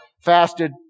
fasted